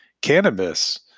cannabis